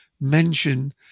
mention –